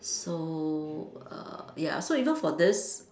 so err ya even for this